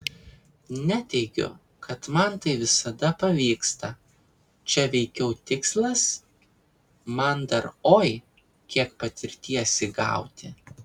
neteigiu kad man tai visada pavyksta čia veikiau tikslas man dar oi kiek patirties įgauti